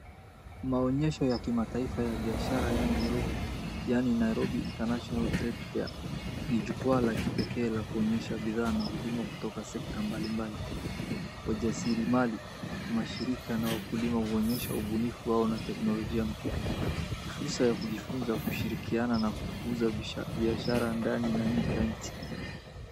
Maonyesho ya Kimataifa ya Biashara ya Nairobi yaani, Nairobi International Trade Fair ni jukwaa la kipekee la kuonyesha bidhaa na huduma kutoka sekta mbalimbali. Wajasiriamali, mashirika na wakulima huonyesha ubunifu wao na teknolojia mpya. Ni fursa ya kujifunza, kushirikiana na kuuuza biashara ndani na nje ya nchi.